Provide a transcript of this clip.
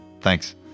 Thanks